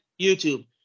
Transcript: YouTube